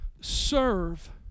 serve